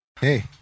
Hey